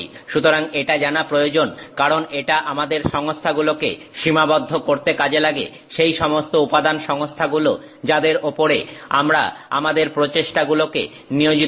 সুতরাং এটা জানা প্রয়োজন কারণ এটা আমাদের সংস্থাগুলোকে সীমাবদ্ধ করতে কাজে লাগে সেই সমস্ত উপাদান সংস্থাগুলো যাদের উপরে আমরা আমাদের প্রচেষ্টাগুলোকে নিয়োজিত করব